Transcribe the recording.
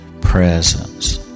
presence